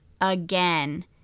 again